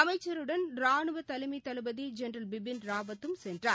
அமைச்சருடன் ரானுவத் தலைமை தளபதி ஜெனரல் பிபின் ராவத்தும் சென்றார்